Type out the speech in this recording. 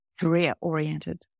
career-oriented